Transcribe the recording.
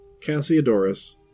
Cassiodorus